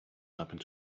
happened